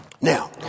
now